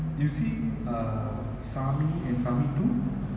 you see uh saamy and saamy two